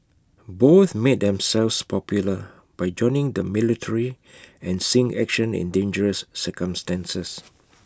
both made themselves popular by joining the military and seeing action in dangerous circumstances